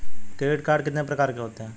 Credit card कितने प्रकार के होते हैं?